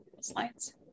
slides